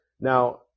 Now